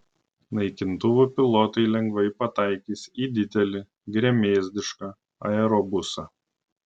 naikintuvų pilotai lengvai pataikys į didelį gremėzdišką aerobusą